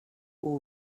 will